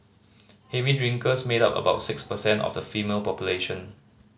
heavy drinkers made up about six percent of the female population